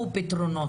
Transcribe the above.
הוא פתרונות.